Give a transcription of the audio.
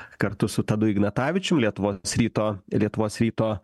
kartu su tadu ignatavičium lietuvos ryto lietuvos ryto